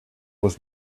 was